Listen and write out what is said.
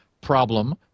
problem